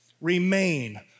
Remain